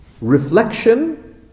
reflection